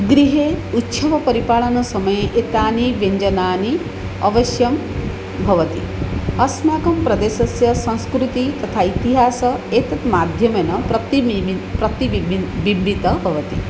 गृहे उच्छलपरिपालनसमये एतानि व्यञ्जनानि अवश्यं भवन्ति अस्माकं प्रदेशस्य संस्कृतिः अथ इतिहासः एतत् माध्यमेन प्रतिमिमिन् प्रतिबिम्बितः बिम्बितः भवति